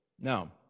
now